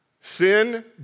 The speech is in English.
Sin